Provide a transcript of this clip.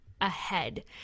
ahead